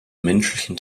menschlichen